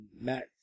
Matt